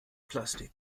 plastik